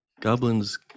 Goblins